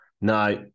Now